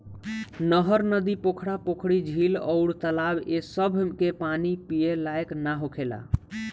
नहर, नदी, पोखरा, पोखरी, झील अउर तालाब ए सभ के पानी पिए लायक ना होखेला